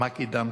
מה קידמת,